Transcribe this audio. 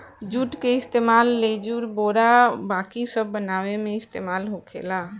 जुट के इस्तेमाल लेजुर, बोरा बाकी सब बनावे मे इस्तेमाल होखेला